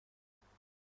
میگویند